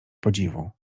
podziwu